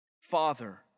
Father